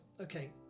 Okay